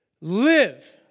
live